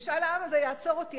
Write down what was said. משאל העם הזה יעצור אותי.